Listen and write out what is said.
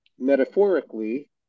metaphorically